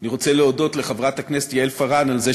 אני רוצה להודות לחברת הכנסת יעל פארן על זה